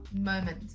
moment